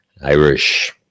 Irish